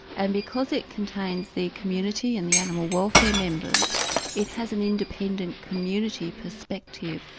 and because it contains the community and the animal welfare members it has an independent community perspective.